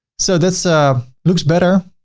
so this ah looks better.